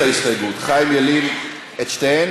חיים ילין מסיר את ההסתייגות.